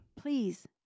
Please